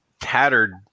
tattered